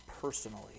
personally